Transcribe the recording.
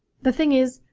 the thing is,